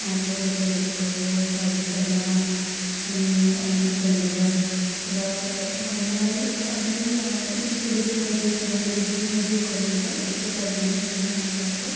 पौउलो कोइलोको भयो साबी शर्मा अनि चेतन भगत र मलाई जुन इन्सपिरेसनल बुक या मोटिभेसनल बुकहरू हुन्छ त्यस्तो पढ्नु मलाई एकदमै राम्रो लाग्छ